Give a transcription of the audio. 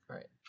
Right